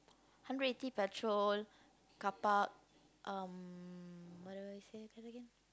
hundred eighty petrol carpark um what do I say again again